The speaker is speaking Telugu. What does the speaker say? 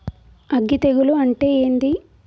అగ్గి తెగులు అంటే ఏంది?